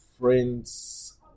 friends